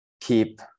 keep